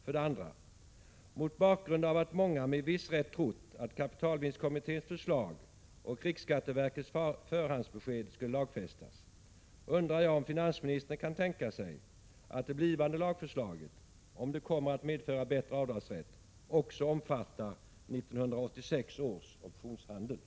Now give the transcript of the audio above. För det andra: Mot bakgrund av att många med viss rätt trott att kapitalvinstkommitténs förslag och riksskatteverkets förhandsbesked skulle lagfästas undrar jag om finansministern kan tänka sig att det blivande lagförslaget, om det kommer att medföra bättre avdragsrätt, också omfattar 1986 års optionshandel.